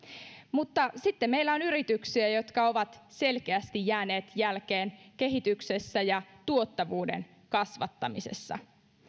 mutta sitten meillä on yrityksiä jotka ovat selkeästi jääneet jälkeen kehityksessä ja tuottavuuden kasvattamisessa